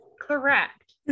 correct